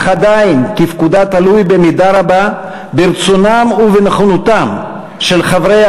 אך עדיין תפקודה תלוי במידה רבה ברצונם ובנכונותם של חברי